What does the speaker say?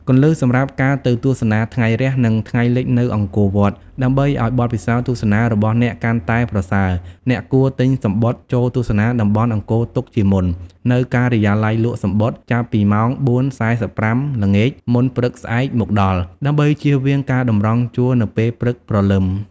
គន្លឹះសម្រាប់ការទៅទស្សនាថ្ងៃរះ និងថ្ងៃលិចនៅអង្គរវត្ត៖ ដើម្បីឲ្យបទពិសោធន៍ទស្សនារបស់អ្នកកាន់តែប្រសើរ អ្នកគួរ ទិញសំបុត្រចូលទស្សនាតំបន់អង្គរទុកជាមុន នៅការិយាល័យលក់សំបុត្រចាប់ពីម៉ោង ៤:៤៥ ល្ងាច មុនព្រឹកស្អែកមកដល់ ដើម្បីជៀសវាងការតម្រង់ជួរនៅពេលព្រឹកព្រលឹម។